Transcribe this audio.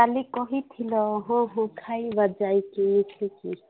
କାଲି କହିଥିଲ ହଁ ହଁ ଖାଇବା ଯାଇକି ମିଶିକି